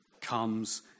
comes